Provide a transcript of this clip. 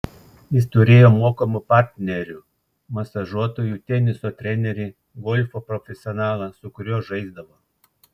jis turėjo mokamų partnerių masažuotojų teniso trenerį golfo profesionalą su kuriuo žaisdavo